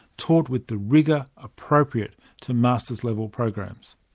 taught with the rigour appropriate to masters-level programs.